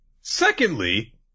secondly